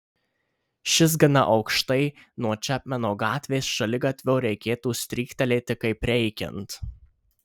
šis gana aukštai nuo čepmeno gatvės šaligatvio reikėtų stryktelėti kaip reikiant